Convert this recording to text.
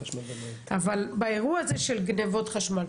אבל באירוע הזה של גניבות חשמל,